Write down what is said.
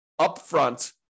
upfront